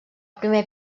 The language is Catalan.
primer